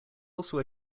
also